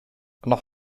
noch